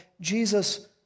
Jesus